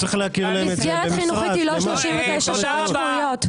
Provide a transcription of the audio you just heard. מסגרת חינוכית היא לא 39 שעות שבועיות.